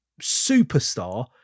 superstar